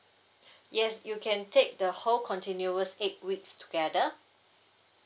yes you can take the whole continuous eight weeks together